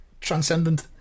transcendent